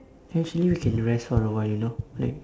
actually we can rest for a while you know like